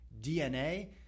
DNA